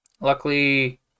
Luckily